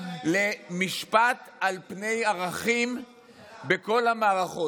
למשפט על פני ערכים בכל המערכות?